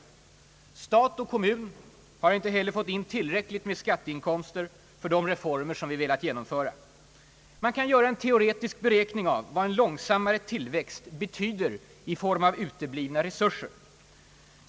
Stat och kommun har inte heller fått in tillräckligt med skatteinkomster för de reformer som vi velat genomföra. | Man kan göra en teoretisk beräkning av vad en långsammare tillväxt betyder i form av uteblivna resurser.